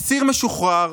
אסיר משוחרר